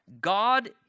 God